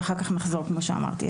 ואחר כך נחזור כמו שאמרתי.